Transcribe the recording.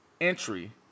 entry